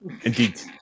Indeed